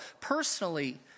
personally